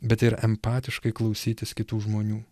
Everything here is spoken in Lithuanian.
bet ir empatiškai klausytis kitų žmonių